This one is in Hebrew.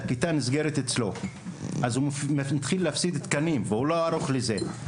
הכיתה יכולה להיסגר כי הוא מתחיל להפסיד תקנים והוא לא ערוך לזה.